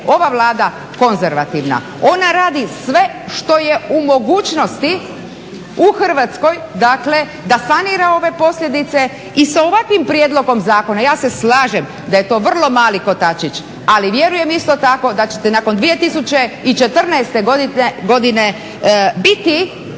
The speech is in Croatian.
ova Vlada konzervativna. Ona radi sve što je u mogućnosti u Hrvatskoj, dakle da sanira ove posljedice i sa ovakvim prijedlogom zakona ja se slažem da je to vrlo mali kotačić ali vjerujem isto tako da ćete nakon 2014. godine biti